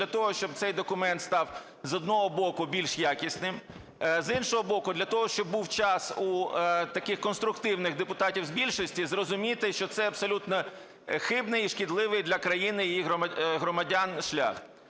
для того, щоб цей документ став, з одного боку, більш якісним, з іншого боку, для того, щоб був час у таких конструктивних депутатів з більшості зрозуміти, що це абсолютно хибний і шкідливий для країни і її громадян шлях.